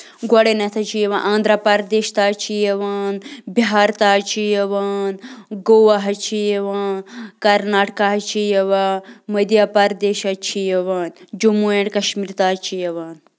گۄڈٕنٮ۪تھ حظ چھِ یِوان آنٛدھرا پَردیش تہٕ حظ چھِ یِوان بِہار تہٕ حظ چھِ یِوان گووا حظ چھِ یِوان کَرناٹکا حظ چھِ یِوان مٔدھیہ پَردیش حظ چھِ یِوان جموں اینٛڈ کَشمیٖر تہٕ حظ چھِ یِوان